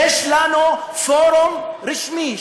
יש לנו פורום רשמי,